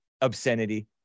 obscenity